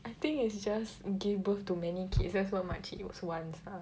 I think it's just give birth to many kids that's what makcik wants ah